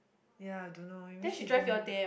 ya don't know maybe she good mood